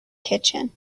kitchen